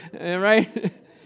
right